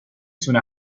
تونه